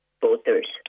Voters